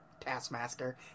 Taskmaster